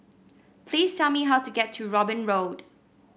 please tell me how to get to Robin Road